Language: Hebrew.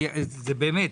זה באמת,